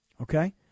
okay